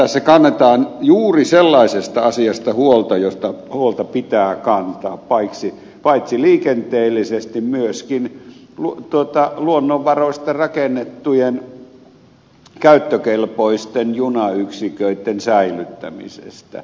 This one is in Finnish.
tässä kannetaan juuri sellaisesta asiasta huolta josta huolta pitää kantaa paitsi liikenteellisesti myöskin luonnonvaroista rakennettujen käyttökelpoisten junayksiköitten säilyttämisestä